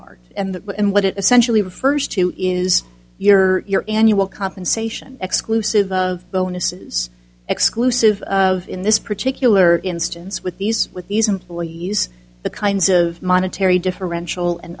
art and what it essentially refers to is your annual compensation exclusive of bonuses exclusive of in this particular instance with these with these employees the kinds of monetary differential and